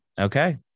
okay